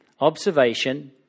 Observation